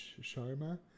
Sharma